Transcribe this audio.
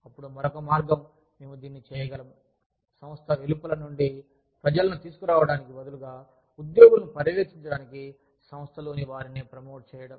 అప్పుడు మరొక మార్గం మేము దీన్ని చేయగలము సంస్థ వెలుపల నుండి ప్రజలను తీసుకురావడానికి బదులుగా ఉద్యోగులను పర్యవేక్షించడానికి సంస్థలోనీ వారినే ప్రమోట్ చేయడం